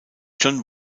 john